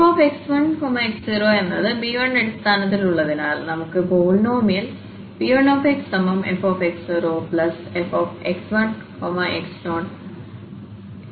fx1x0 എന്നത് b1 അടിസ്ഥാനത്തിൽ ഉള്ളതിനാൽ നമുക്ക് പോളിനോമിയൽP1xfx0fx1x0 ആയി ലഭിച്ചു